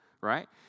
Right